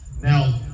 Now